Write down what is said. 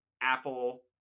apple